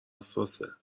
حساسه